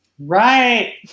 Right